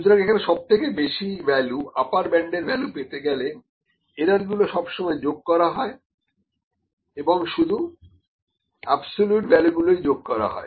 সুতরাং এখানে সবথেকে বেশি ভ্যালু আপার ব্যান্ডের ভ্যালু পেতে গেলে এরার গুলো সব সময় যোগ করা হয় এবং শুধু অ্যাবসোলিউট ভ্যালুগুলো ই যোগ করা হয়